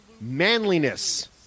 manliness